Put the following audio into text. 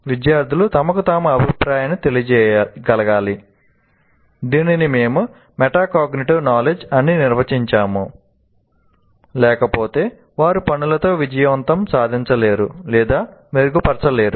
విద్యార్థులు తమకు తాము అభిప్రాయాన్ని తెలియజేయగలగాలి దీనిని మేము మెటాకాగ్నిటివ్ నాలెడ్జ్ అని నిర్వచించాము లేకపోతే వారు పనులతో విజయం సాధించలేరు లేదా మెరుగుపరచలేరు